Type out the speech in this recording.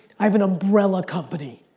i have an umbrella company.